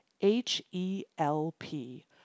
H-E-L-P